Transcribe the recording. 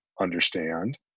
understand